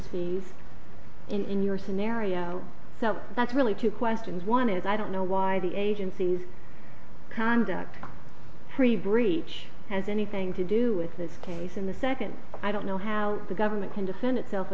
in your scenario so that's really two questions one is i don't know why the agencies conduct three breach has anything to do with this case in the second i don't know how the government can defend itself